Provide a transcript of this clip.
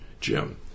jim